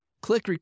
click